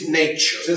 nature